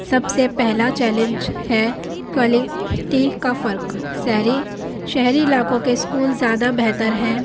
سب سے پہلا چیلنج ہے کوالیٹی کا فرق سہری شہری علاقوں کے اسکول زیادہ بہتر ہیں